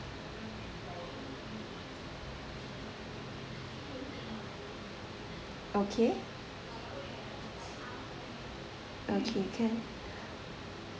okay okay can